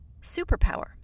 superpower